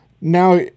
now